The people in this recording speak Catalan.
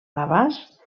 navàs